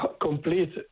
complete